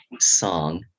song